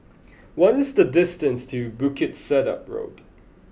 what is the distance to Bukit Sedap Road